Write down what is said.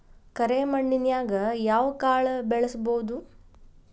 ಕರೆ ಮಣ್ಣನ್ಯಾಗ್ ಯಾವ ಕಾಳ ಬೆಳ್ಸಬೋದು?